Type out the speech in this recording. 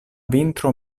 vintro